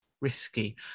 risky